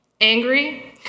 angry